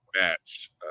match